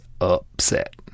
upset